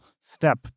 step